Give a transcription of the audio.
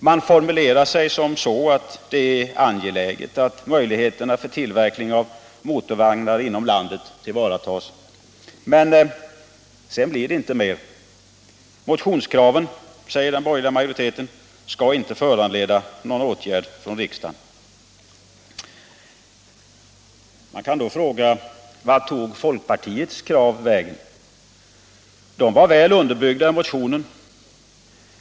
Man formulerar sig så att det är angeläget att möjligheterna för tillverkning av motorvagnar inom landet tillvaratas, men sedan blir det inte mer. Motionskraven, säger den borgerliga majoriteten, skall inte föranleda någon åtgärd från riksdagen. Man kan då fråga: Vart tog folkpartiets krav vägen? De var väl underbyggda i motionen.